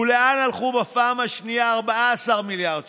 ולאן הלכו בפעם השנייה 14 מיליארד שקלים.